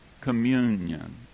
communion